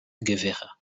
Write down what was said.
guevara